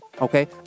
Okay